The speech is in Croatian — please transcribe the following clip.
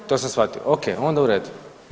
To sam shvatio, ok onda u redu.